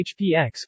HPX